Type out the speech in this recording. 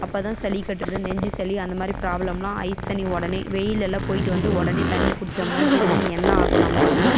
அப்போதான் சளி கட்டுறது நெஞ்சி சளி அந்தமாதிரி பிராப்ளம்லாம் ஐஸ் தண்ணீர் உடனே வெயில் எல்லாம் போய்விட்டு வந்து உடனே தண்ணீர் குடித்தோம்னா ஜில்லுனு என்ன ஆகும் நம்ம உடம்பு